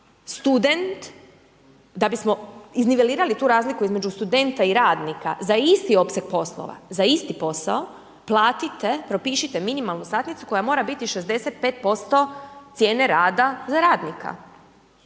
student, da bismo iznivelirali tu razliku između studenta i radnika za isti opseg poslova, za isti posao, platite, propišite minimalnu satnicu koja mora biti 65% cijene rada za radnika